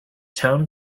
town